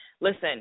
Listen